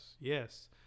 yes